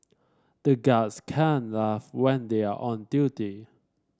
the guards can't laugh when they are on duty